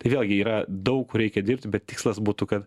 tai vėlgi yra daug kur reikia dirbti bet tikslas būtų kad